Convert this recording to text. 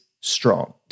strong